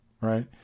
Right